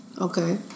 okay